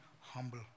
humble